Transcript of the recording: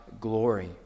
glory